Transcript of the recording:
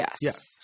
Yes